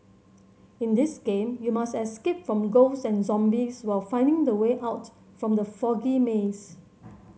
in this game you must escape from ghost and zombies while finding the way out from the foggy maze